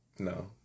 No